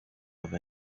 have